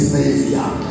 Savior